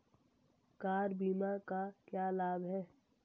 Car बीमा का क्या लाभ है?